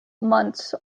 months